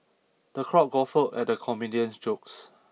the crowd guffawed at the comedian's jokes